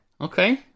Okay